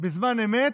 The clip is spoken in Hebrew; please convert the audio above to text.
בזמן אמת,